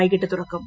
വൈകിട്ട് തുറക്കും